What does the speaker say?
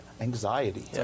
anxiety